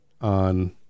on